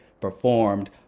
performed